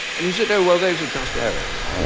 and he said oh well, those are just errors.